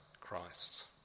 Christ